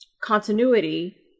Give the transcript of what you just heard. continuity